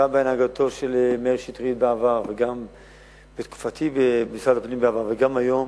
גם בהנהגתו של מאיר שטרית בעבר וגם בתקופתי במשרד הפנים בעבר וגם היום,